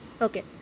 Okay